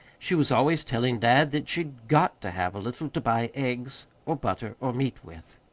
she was always telling dad that she'd got to have a little to buy eggs or butter or meat with.